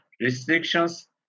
Restrictions